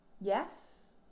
Yes